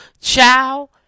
Ciao